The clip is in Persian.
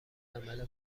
عمل